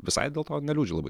visai dėl to neliūdžiu labai